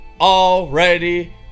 already